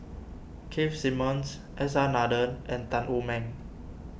Keith Simmons S R Nathan and Tan Wu Meng